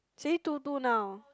see two two now